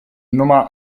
nummer